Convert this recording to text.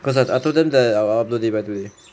cause I I told I will upload it by today